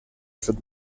przed